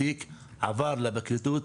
עבר לפרקליטות,